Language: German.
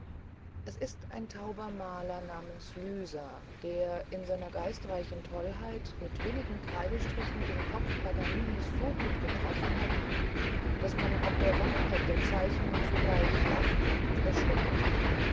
es ist ein tauber maler namens lyser der in seiner geistreichen tollheit mit wenigen kreidestrichen den kopf paganinis so gut getroffen hat daß man ob der wahrheit der zeichnung zugleich lacht und erschrickt